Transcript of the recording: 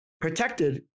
protected